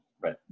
Right